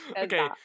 okay